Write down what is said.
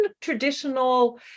traditional